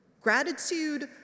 Gratitude